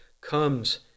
comes